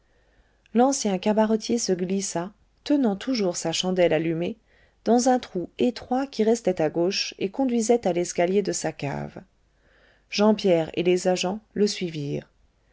l'ancien cabaretier se glissa tenant toujours sa chandelle allumée dans un trou étroit qui restait à gauche et conduisait à l'escalier de sa cave jean pierre et les agents le suivirent